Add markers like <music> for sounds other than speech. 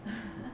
<laughs>